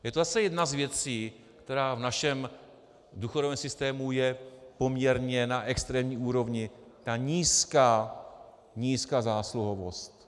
Je to zase jedna z věcí, která v našem důchodovém systému je poměrně na extrémní úrovni, ta nízká zásluhovost.